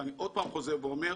-- ואני עוד פעם חוזר ואומר,